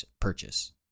purchase